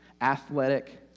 athletic